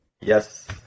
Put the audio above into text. Yes